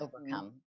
overcome